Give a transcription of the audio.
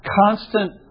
constant